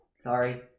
Sorry